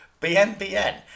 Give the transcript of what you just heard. BNBN